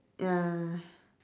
ya